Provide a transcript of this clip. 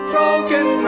Broken